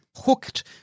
hooked